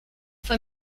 fue